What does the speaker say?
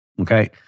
Okay